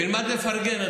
תלמד לפרגן,